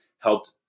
helped